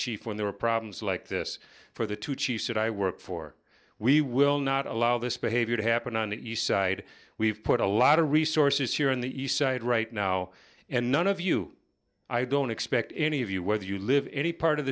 chief when there were problems like this for the two chiefs that i work for we will not allow this behavior to happen on the east side we've put a lot of resources here on the east side right now and none of you i don't expect any of you whether you live in any part of